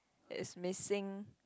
it's missing